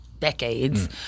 decades